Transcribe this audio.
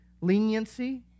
leniency